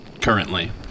currently